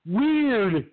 weird